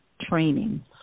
training